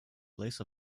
place